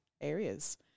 areas